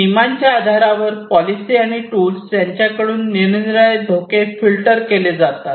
नियमांच्या आधारावर पॉलिसीआणि टूल्स यांच्याकडून निरनिराळे धोके फिल्टर केले जातात